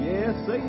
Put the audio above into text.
Yes